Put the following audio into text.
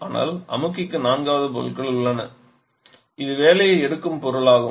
ஆனால் அமுக்கிக்கு நான்காவது பொருள் உள்ளன இது வேலையை எடுக்கும் பொருள் ஆகும்